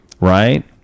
Right